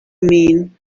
mean